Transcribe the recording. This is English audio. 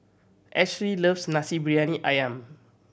Ashlee loves Nasi Briyani Ayam